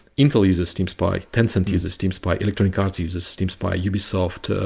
intel uses steam spy. tencent uses steam spy. electronic arts uses steam spy. ubisoft,